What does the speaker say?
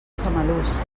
samalús